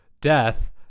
death